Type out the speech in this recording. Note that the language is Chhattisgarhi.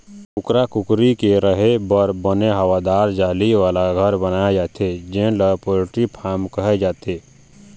कुकरा कुकरी के रेहे बर बने हवादार जाली वाला घर बनाए जाथे जेन ल पोल्टी फारम कहे जाथे